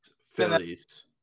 Phillies